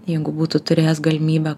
jeigu būtų turėjęs galimybę